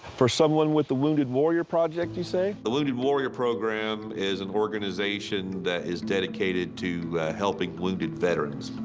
for someone with the wounded warrior project, you say? the wounded warrior program is an organization that is dedicated to helping wounded veterans.